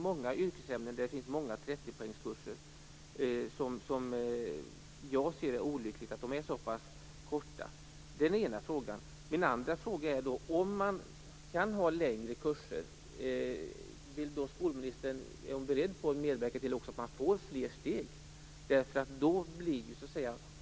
I många yrkesämnen med många 30-poängskurser är det olyckligt, anser jag, att det är så pass korta kurser. Så till min andra fråga. Om det går att ha längre kurser, är då skolministern beredd att medverka till fler steg?